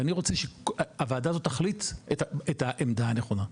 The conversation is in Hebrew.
ואני רוצה שהוועדה הזאת תחליט את העמדה הראשונה.